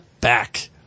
back